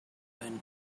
ben